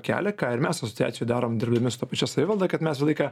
kelią ką ir mes asociacijoj darom dirbdami su ta pačia savivalda kad mes visą laiką